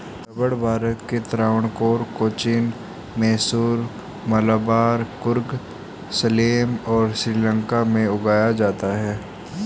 रबड़ भारत के त्रावणकोर, कोचीन, मैसूर, मलाबार, कुर्ग, सलेम और श्रीलंका में उगाया जाता है